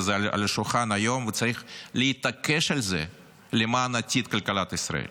וזה על השולחן היום וצריך להתעקש על זה למען עתיד כלכלת ישראל.